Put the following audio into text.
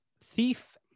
thief